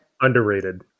Underrated